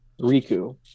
Riku